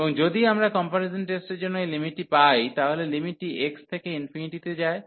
এবং যদি আমরা কম্পারিজন টেস্টের জন্য এই লিমিটটি পাই তাহলে লিমিটটি x থেকে ∞ তে যায়